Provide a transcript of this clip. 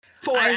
four